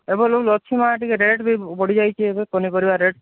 available ଅଛି ମାଆ ଟିକେ ରେଟ୍ ବି ବଢ଼ିଯାଇଛି ଏବେ ପନିପରିବା ରେଟ୍